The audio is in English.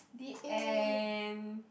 the end